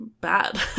bad